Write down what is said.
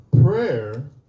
Prayer